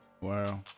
Wow